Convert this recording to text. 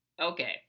okay